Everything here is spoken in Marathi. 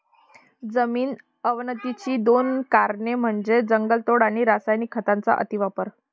जमीन अवनतीची दोन कारणे म्हणजे जंगलतोड आणि रासायनिक खतांचा अतिवापर